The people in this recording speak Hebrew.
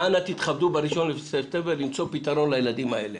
ואנא תתכבדו ב-1 בספטמבר למצוא פתרון לילדים האלה.